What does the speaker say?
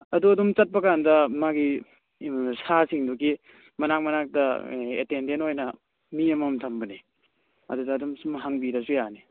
ꯑꯗꯨ ꯑꯗꯨꯝ ꯆꯠꯄ ꯀꯥꯟꯗ ꯃꯥꯒꯤ ꯁꯥꯁꯤꯡꯗꯨꯒꯤ ꯃꯅꯥꯛ ꯃꯅꯥꯛꯇ ꯑꯦꯇꯦꯟꯗꯦꯟ ꯑꯣꯏꯅ ꯃꯤ ꯑꯃꯃꯝ ꯊꯝꯕꯅꯦ ꯑꯗꯨꯗ ꯑꯗꯨꯝ ꯁꯨꯝ ꯍꯪꯕꯤꯔꯁꯨ ꯌꯥꯅꯤ